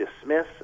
dismiss